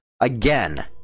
again